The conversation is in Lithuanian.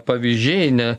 pavyzdžiai ne